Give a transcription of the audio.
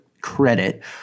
credit